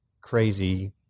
crazy